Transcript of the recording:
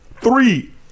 three